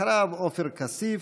אחריו, עופר כסיף,